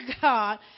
God